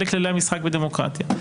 אלה כללי המשחק בדמוקרטיה.